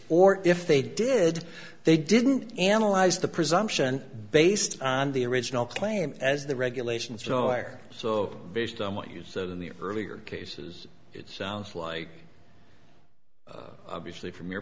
or if they did they didn't analyze the presumption based on the original claim as the regulations dollar so based on what you said in the earlier cases it sounds like obviously from your